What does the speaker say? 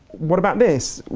what about this,